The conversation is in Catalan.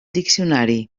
diccionari